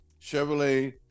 Chevrolet